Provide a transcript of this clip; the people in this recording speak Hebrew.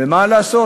ומה לעשות,